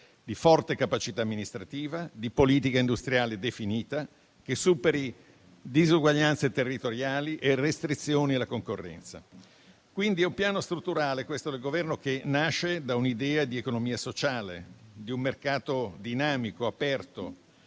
di forte capacità amministrativa, di politica industriale definita, che superi disuguaglianze territoriali e restrizioni alla concorrenza. Quindi è un piano strutturale, questo del Governo, che nasce da un'idea di economia sociale, di un mercato dinamico, aperto.